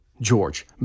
George